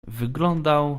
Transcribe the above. wyglądał